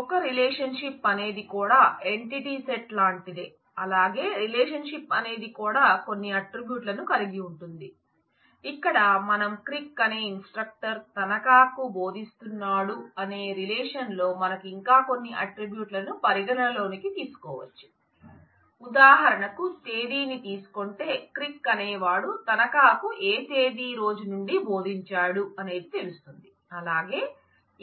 ఒక రిలేషన్షిప్అనేవి